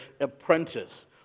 apprentice